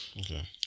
Okay